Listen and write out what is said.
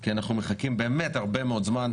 כי אנחנו מחכים באמת הרבה מאוד זמן,